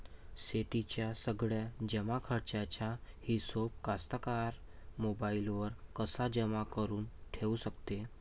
शेतीच्या सगळ्या जमाखर्चाचा हिशोब कास्तकार मोबाईलवर कसा जमा करुन ठेऊ शकते?